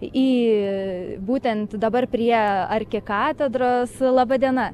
į būtent dabar prie arkikatedros laba diena